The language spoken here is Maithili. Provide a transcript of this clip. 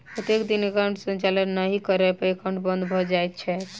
कतेक दिन एकाउंटक संचालन नहि करै पर एकाउन्ट बन्द भऽ जाइत छैक?